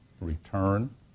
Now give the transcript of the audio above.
return